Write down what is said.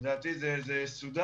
לדעתי זה סודר,